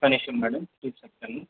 ఒక నిమిషం మ్యాడమ్ చూసి చెప్తాను